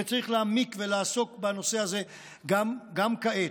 וצריך להעמיק ולעסוק בנושא הזה גם כעת.